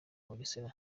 bugesera